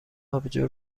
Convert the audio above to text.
آبجو